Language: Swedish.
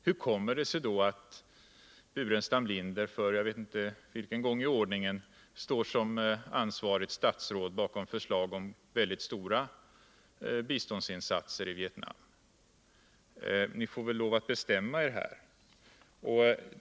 Hur kommer det sig då att Staffan Burenstam Linder — jag vet inte för vilken gång i ordningen — står som ansvarigt statsråd bakom förslag om väldigt stora biståndsinsatser i Vietnam? Ni får väl lov att bestämma er här.